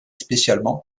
spécialement